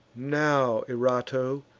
now, erato,